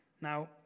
Now